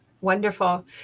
wonderful